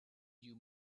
you